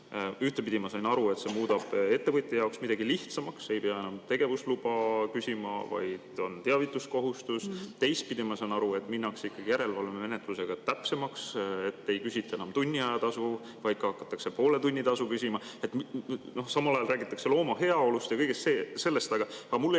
Ühtpidi ma sain aru, et see muudab ettevõtja jaoks midagi lihtsamaks, nüüd ei pea enam tegevusluba küsima, vaid on teavituskohustus. Teistpidi ma saan aru, et minnakse ikkagi järelevalvemenetlusega täpsemaks, st ei küsita enam tunni aja tasu, vaid ka hakatakse poole tunni tasu küsima. Samal ajal räägitakse looma heaolust ja kõigest sellest. Aga mulle jäi